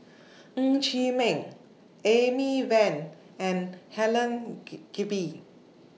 Ng Chee Meng Amy Van and Helen Gilbey